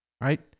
right